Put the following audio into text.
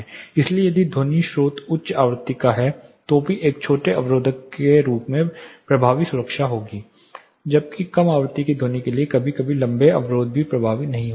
इसलिए यदि ध्वनि स्रोत उच्च आवृत्ति का है तो भी एक छोटे अवरोधक के पास बहुत प्रभावी ध्वनि सुरक्षा होगी जबकि कम आवृत्ति की ध्वनि के लिए कभी कभी लम्बे अवरोध भी प्रभावी नहीं हो सकते हैं